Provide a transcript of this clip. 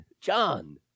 John